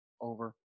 Over